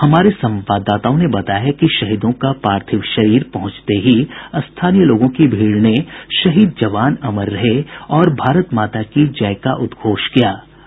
हमारे संवाददाताओं ने बताया है कि शहीदों का पार्थिव शरीर पहुंचते ही स्थानीय लोगों की भीड़ ने शहीद जवान अमर रहे और भारत माता की जय के उद्घोष किये